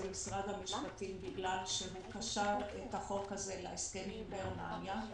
זה משרד המשפטים בגלל שהוא קשר את החוק הזה להסכם עם גרמניה.